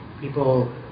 people